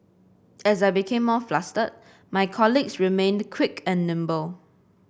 as I became more flustered my colleagues remained quick and nimble